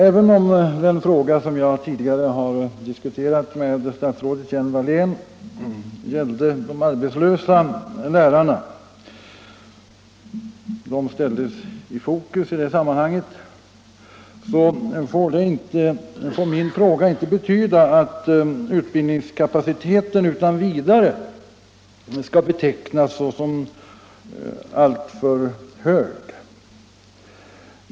Även om den fråga som jag tidigare har diskuterat med statsrådet Hjelm-Wallén gällde de arbetslösa lärarna — de ställdes i fokus i det sammanhanget — så får min fråga inte betyda att utbildningskapaciteten utan vidare skall betecknas såsom alltför hög.